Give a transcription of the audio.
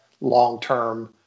long-term